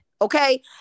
okay